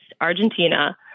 Argentina